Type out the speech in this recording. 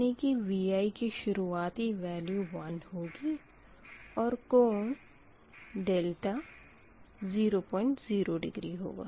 यानी कि Vi की शुरुआती वेल्यू 1 होगी और कोण डेल्टा 00 डिग्री होगा